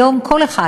היום כל אחד